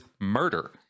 murder